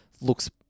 looks